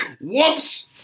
Whoops